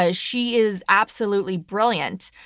ah she is absolutely brilliant.